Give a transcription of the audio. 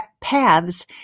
paths